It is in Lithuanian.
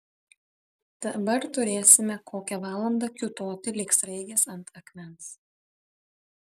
dabar turėsime kokią valandą kiūtoti lyg sraigės ant akmens